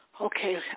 Okay